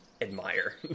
admire